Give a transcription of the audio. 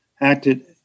acted